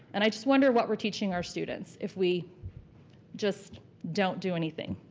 and i just wonder what we're teaching our students if we just don't do anything.